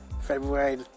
February